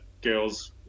girls